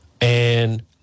and-